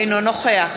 אינו נוכח